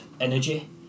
energy